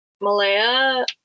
Malaya